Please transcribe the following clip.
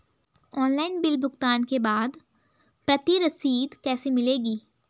Online bill भुगतान के बाद प्रति रसीद कैसे मिलेगी?